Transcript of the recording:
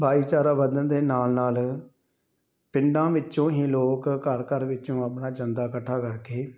ਭਾਈਚਾਰਾਂ ਵੱਧਣ ਦੇ ਨਾਲ ਨਾਲ ਪਿੰਡਾਂ ਵਿੱਚੋਂ ਹੀ ਲੋਕ ਘਰ ਘਰ ਵਿੱਚੋਂ ਆਪਣਾ ਚੰਦਾ ਇਕੱਠਾ ਕਰਕੇ